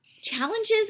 challenges